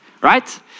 Right